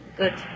good